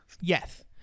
yes